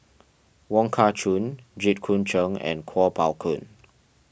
Wong Kah Chun Jit Koon Ch'ng and Kuo Pao Kun